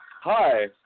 Hi